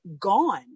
gone